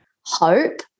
hope